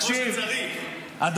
אם